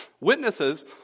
Witnesses